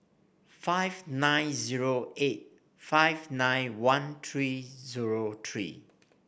five nine zero eight five nine one three zero three